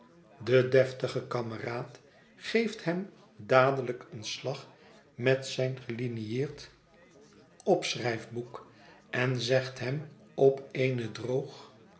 de deftige kameraad geeft hem dadelijk een slag met zijn gelinieerd opschrijft boek en zegt hem op eene droog